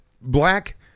black